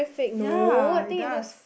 ya it does